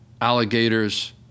Alligators